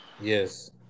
Yes